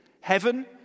Heaven